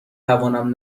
توانم